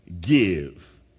give